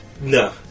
No